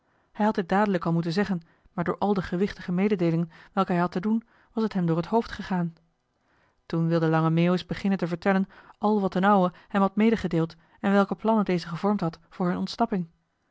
hij had dit al dadelijk moeten zeggen maar door al de gewichtige mededeelingen welke hij had te doen was het hem door het hoofd gegaan toen wilde lange meeuwis beginnen te verjoh h been paddeltje de scheepsjongen van michiel de ruijter tellen al wat d'n ouwe hem had medegedeeld en welke plannen deze gevormd had voor hun ontsnapping